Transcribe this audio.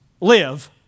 live